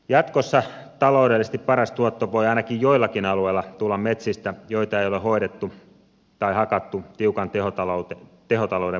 jatkossa taloudellisesti paras tuotto voi ainakin joillakin alueilla tulla metsistä joita ei ole hoidettu tai hakattu tiukan tehotalouden mukaisesti